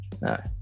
no